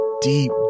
deep